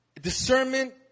Discernment